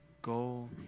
goal